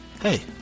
Hey